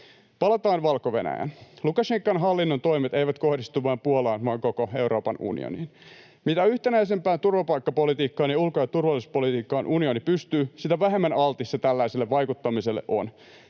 Palataan Valko-Venäjään. Lukašenkan hallinnon toimet eivät kohdistu vain Puolaan vaan koko Euroopan unioniin. Mitä yhtenäisempään turvapaikkapolitiikkaan ja ulko‑ ja turvallisuuspolitiikkaan unioni pystyy, sitä vähemmän altis se tällaiselle vaikuttamiselle on.